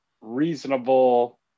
reasonable